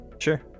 Sure